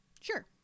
Sure